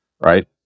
right